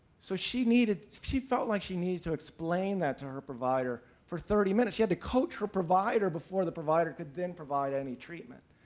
so she needed she felt like she needed to explain that to her provider for thirty minutes, she had to coach her provider before the provider could then provide any treatment.